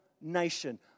nation